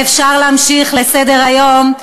ואפשר לעבור לסדר-היום,